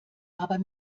aber